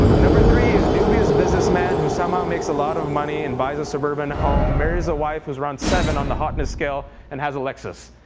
number three is a dubious businessman who somehow makes a lot of money and buys a suburban home, marries a wife who's around seven on the hotness scale, and has a lexus.